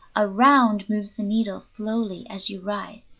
around moves the needle slowly as you rise,